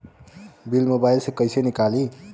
Bill mobile से कईसे निकाली?